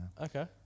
Okay